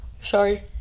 Sorry